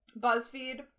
BuzzFeed